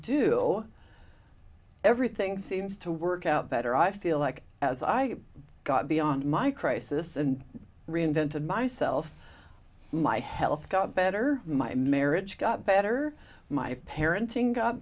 do everything seems to work out better i feel like as i got beyond my crisis and reinvented myself my health got better my marriage got better my parenting got